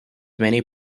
many